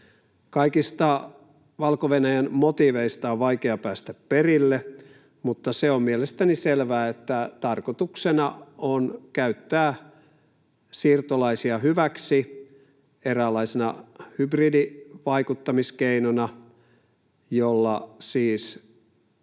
Kaikista Valko-Venäjän motiiveista on vaikea päästä perille, mutta se on mielestäni selvää, että tarkoituksena on käyttää siirtolaisia hyväksi eräänlaisena hybridivaikuttamiskeinona, jolla siis